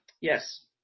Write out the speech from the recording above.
Yes